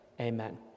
amen